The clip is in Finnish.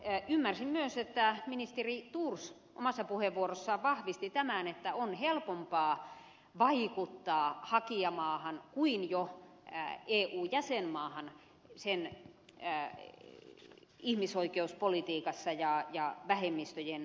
ymmärsin myös että ministeri thors omassa puheenvuorossaan vahvisti tämän että on helpompaa vaikuttaa hakijamaahan kuin jo eu jäsenenä olevaan maahan sen ihmisoikeuspolitiikassa ja vähemmistöjen kohtelussa